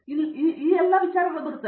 ಇವೆಲ್ಲವೂ ಬರುತ್ತವೆ